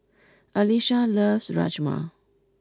Alysha loves Rajma